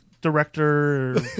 director